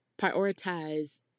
prioritize